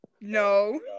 No